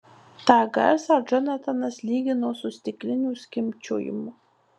tą garsą džonatanas lygino su stiklinių skimbčiojimu